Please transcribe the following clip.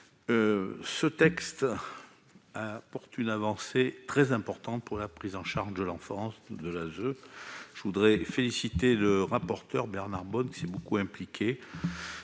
Ce texte constitue une avancée très importante dans la prise en charge de l'enfance par l'ASE. Je voudrais féliciter le rapporteur, Bernard Bonne, qui s'est beaucoup impliqué